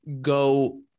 go